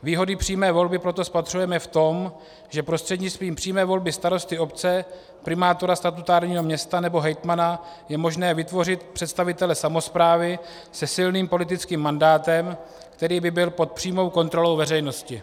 Výhody přímé volby proto spatřujeme v tom, že prostřednictvím přímé volby starosty obce, primátora statutárního města nebo hejtmana je možné vytvořit představitele samosprávy se silným politickým mandátem, který by byl pod přímou kontrolou veřejnosti.